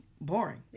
boring